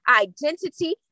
identity